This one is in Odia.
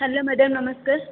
ହ୍ୟାଲୋ ମ୍ୟାଡ଼ାମ୍ ନମସ୍କାର